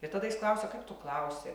ir tada jis klausia kaip tu klausi